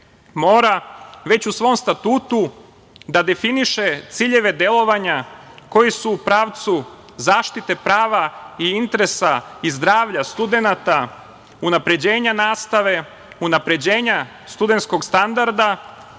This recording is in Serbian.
mora već u svom statutu da definiše ciljeve delovanja koji su u pravcu zaštite prava i interesa i zdravlja studenata, unapređenja nastave, unapređenja studentskog standarda